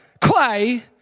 clay